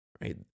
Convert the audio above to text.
right